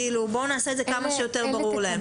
בואו נעשה את זה כמה שיותר ברור להם.